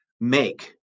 Make